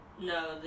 No